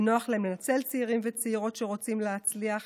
נוח להם לנצל צעירים וצעירות שרוצים להצליח,